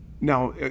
now